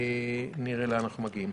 נראה לאן אנחנו מגיעים.